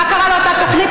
מה קרה לאותה תוכנית?